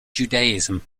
judaism